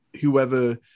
whoever